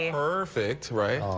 perfect right